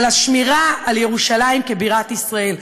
על השמירה על ירושלים כבירת ישראל?